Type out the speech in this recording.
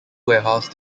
warehouse